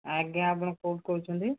ଆଜ୍ଞା ଆପଣ କେଉଁଠୁ କହୁଛନ୍ତି